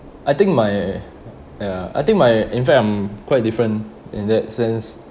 I think my ya I think my in fact I'm quite different in that sense